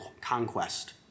conquest